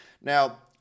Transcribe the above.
Now